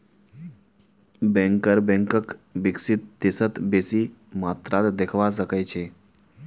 banker बैंकक विकसित देशत बेसी मात्रात देखवा सके छै